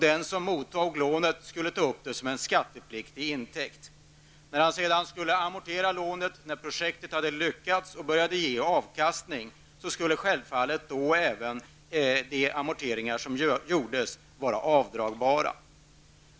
Den som mottar lånet skall ta upp det som en skattepliktig intäkt. De amorteringar som skulle ske när projektet hade lyckats och börjat ge avkastning skulle vara avdragbara.